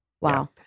Wow